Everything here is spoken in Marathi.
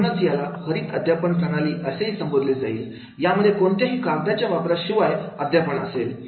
म्हणूनच याला हरीत अध्यापन प्रणाली संबोधले जाईल यामध्ये कोणत्याही कागदाच्या वापराशिवाय अध्यापन असेल